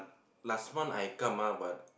last one I come ah but